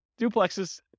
duplexes